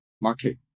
market